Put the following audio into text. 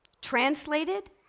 translated